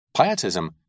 pietism